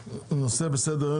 הנושא שעל סדר היום,